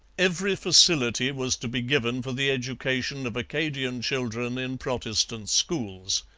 every facility was to be given for the education of acadian children in protestant schools.